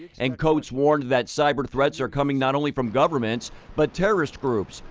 and coats warned that cyber threats are coming not only from governments, but terrorist groups,